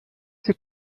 die